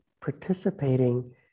participating